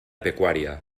pecuària